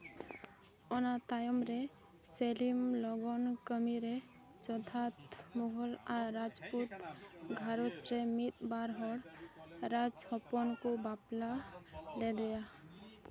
ᱚᱱᱟ ᱛᱟᱭᱚᱢ ᱨᱮ ᱥᱮᱞᱤᱢ ᱞᱚᱜᱚᱱ ᱠᱟᱹᱢᱤ ᱨᱮ ᱡᱚᱛᱷᱟᱛ ᱢᱩᱜᱷᱚᱞ ᱟᱨ ᱨᱟᱡᱽᱯᱩᱛ ᱜᱷᱟᱨᱚᱸᱡᱽ ᱨᱮ ᱢᱤᱫ ᱵᱟᱨ ᱦᱚᱲ ᱨᱟᱡᱽ ᱦᱚᱯᱚᱱ ᱠᱚ ᱵᱟᱯᱞᱟ ᱞᱮᱫᱮᱭᱟ